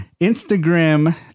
Instagram